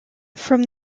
from